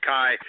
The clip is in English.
Kai